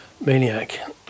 Maniac